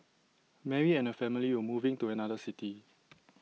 Mary and her family were moving to another city